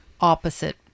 opposite